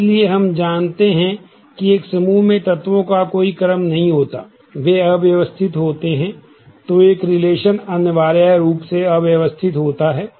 इसलिए हम जानते हैं कि एक समूह में तत्वों का कोई क्रम नहीं होता है वे अव्यवस्थित होते हैं